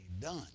done